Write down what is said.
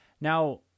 now